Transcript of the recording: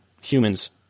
humans